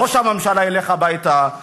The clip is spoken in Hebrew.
ראש הממשלה ילך הביתה,